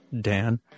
Dan